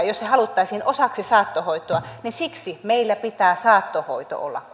jos eutanasia haluttaisiin osaksi saattohoitoa meillä pitää saattohoidon olla